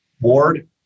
Ward